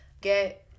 get